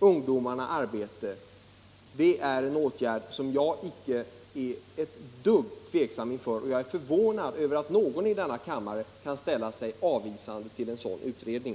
ungdomar arbete är en åtgärd som jag inte är ett dugg tveksam inför. Jag är förvånad över att någon i denna kammare kan ställa sig avvisande till en sådan utredning.